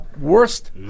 Worst